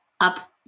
up